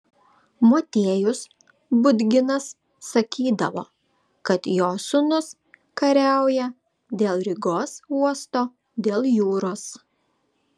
motiejus budginas sakydavo kad jo sūnus kariauja dėl rygos uosto dėl jūros